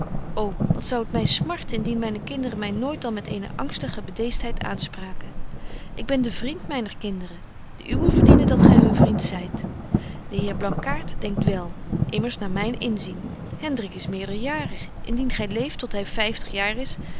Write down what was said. ô wat zou het my smarten indien myne kinderen my nooit dan met eene angstige bedeestheid aanspraken ik ben de vriend myner kinderen de uwen verdienen dat gy hun vriend zyt de heer blankaart denkt wel immers naar myn inzien hendrik is meerderjarig indien gy leeft tot hy vyftig jaar is